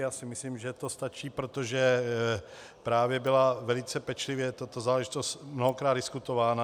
Já si myslím, že to stačí, protože právě byla velice pečlivě tato záležitost mnohokrát diskutována.